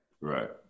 right